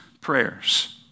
prayers